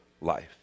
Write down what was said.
life